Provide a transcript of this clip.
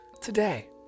today